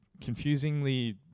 confusingly